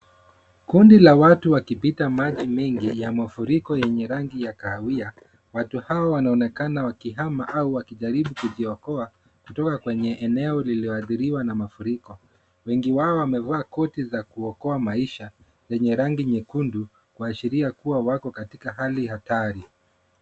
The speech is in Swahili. Kundi la watu wakipita maji mengi ya mafuriko yenye rangi ya kahawia. Watu hawa wanaonekana wakihama au wakijaribu kujiokoa kutoka kwenye eneo lililoathiriwa na mafuriko. Wengi wao wamevaa koti za kuokoa maisha yenye rangi nyekundu, kuashiria kuwa wako katika hali hatari.